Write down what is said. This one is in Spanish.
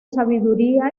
sabiduría